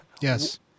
Yes